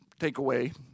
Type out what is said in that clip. takeaway